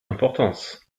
importance